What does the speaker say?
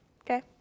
Okay